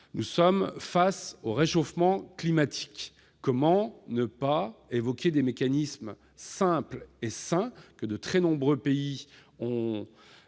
au défi du réchauffement climatique : comment ne pas évoquer des mécanismes simples et sains, que de très nombreux pays ont mis